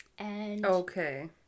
Okay